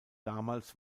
damals